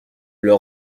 leur